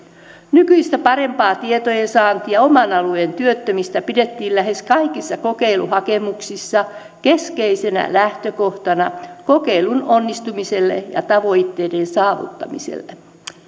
nykyistä parempaa tietojen saantia oman alueen työttömistä pidettiin lähes kaikissa kokeiluhakemuksissa keskeisenä lähtökohtana kokeilun onnistumiselle ja tavoitteiden saavuttamiselle